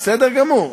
בסדר גמור.